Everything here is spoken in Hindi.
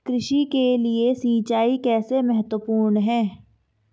कृषि के लिए सिंचाई कैसे महत्वपूर्ण है?